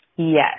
Yes